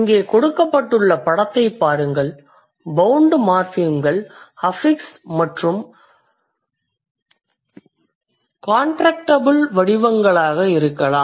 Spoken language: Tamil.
இங்கே கொடுக்கப்பட்டுள்ள படத்தைப் பாருங்கள் பௌண்ட் மார்ஃபிம்கள் அஃபிக்ஸ் மற்றும் காண்ட்ரக்டிபிள் வடிவங்களாக இருக்கலாம்